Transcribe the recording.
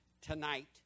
tonight